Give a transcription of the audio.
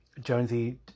jonesy